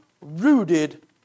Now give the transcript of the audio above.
rooted